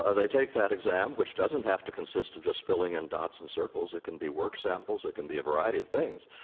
ah they take that exam, which doesn't have to consist of just filling in dots and circles. it can be work samples. it can be a variety of things,